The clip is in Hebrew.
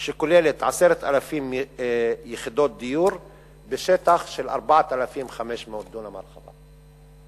שכוללת 10,000 יחידות דיור בשטח של 4,500 דונם הרחבה.